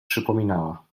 przypominała